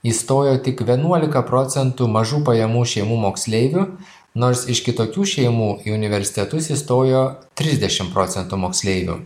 įstojo tik vienuolika procentų mažų pajamų šeimų moksleivių nors iš kitokių šeimų į universitetus įstojo trisdešim procentų moksleivių